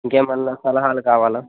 ఇంకేమయినా సలహాలు కావాలా